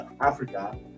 Africa